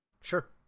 Sure